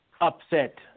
upset